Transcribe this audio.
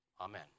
Amen